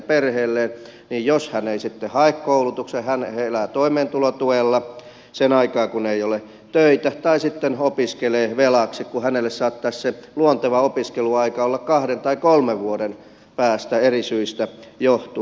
jos hän ei sitten hae koulutukseen he elävät toimeentulotuella sen aikaa kun ei ole töitä tai sitten hän opiskelee velaksi kun hänelle saattaisi se luonteva opiskeluaika olla kahden tai kolmen vuoden päästä eri syistä johtuen